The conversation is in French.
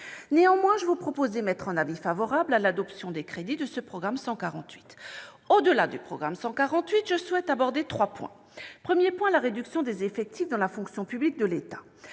Néanmoins, je vous propose de voter en faveur de l'adoption des crédits du programme 148. Au-delà de ce programme, je souhaite aborder trois points. Le premier concerne la réduction des effectifs dans la fonction publique de l'État.